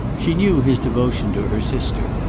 she knew his devotion to her sister,